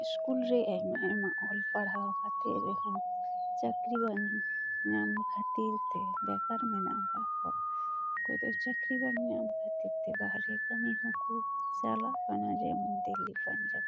school ᱨᱮ ᱟᱭᱢᱟ ᱟᱭᱢᱟ ᱚᱞ ᱯᱟᱲᱦᱟᱣ ᱠᱟᱛᱮᱫ ᱨᱮᱦᱚᱸ ᱪᱟᱹᱠᱨᱤ ᱵᱟᱝ ᱧᱟᱢ ᱠᱷᱟᱹᱛᱤᱨ ᱛᱮ ᱵᱮᱠᱟᱨ ᱢᱮᱱᱟᱜ ᱟᱠᱟᱫ ᱠᱚᱣᱟ ᱚᱠᱚᱭ ᱫᱚ ᱪᱟᱹᱠᱨᱤ ᱵᱟᱝ ᱧᱟᱢ ᱠᱷᱟᱹᱛᱤᱨ ᱛᱮ ᱵᱟᱨᱦᱮ ᱠᱟᱹᱢᱤ ᱦᱚᱸᱠᱚ ᱪᱟᱞᱟᱜ ᱠᱟᱱᱟ ᱡᱮᱢᱚᱱ ᱫᱤᱞᱞᱤ ᱯᱟᱧᱡᱟᱵᱽ